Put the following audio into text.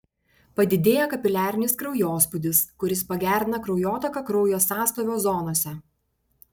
padidėja kapiliarinis kraujospūdis kuris pagerina kraujotaką kraujo sąstovio zonose